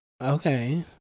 okay